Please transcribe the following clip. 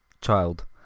child